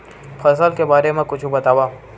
फसल के बारे मा कुछु बतावव